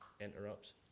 interrupts